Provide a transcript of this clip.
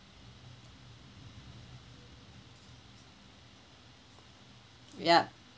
yup